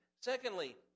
Secondly